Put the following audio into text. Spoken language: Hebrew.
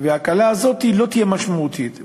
שההקלה הזאת לא תהיה משמעותית.